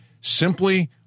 simply